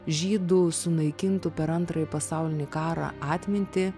žydų sunaikintų per antrąjį pasaulinį karą atmintį